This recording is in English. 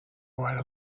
right